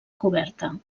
coberta